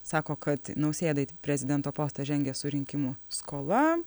sako kad nausėdai prezidento postą žengia su rinkimų skola